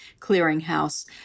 clearinghouse